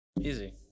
Easy